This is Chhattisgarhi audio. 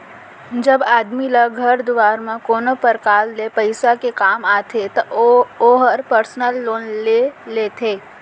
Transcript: जब आदमी ल घर दुवार म कोनो परकार ले पइसा के काम आथे त ओहर पर्सनल लोन ले लेथे